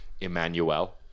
Emmanuel